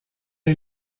est